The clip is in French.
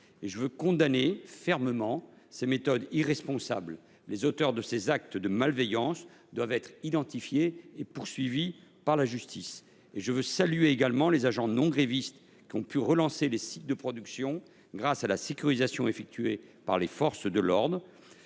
Je condamne fermement ces méthodes irresponsables. Les auteurs de ces actes de malveillance doivent être identifiés et poursuivis par la justice. Je salue les agents non grévistes qui ont relancé les sites de production grâce à la sécurisation assurée par les forces de l’ordre.